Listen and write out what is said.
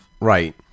Right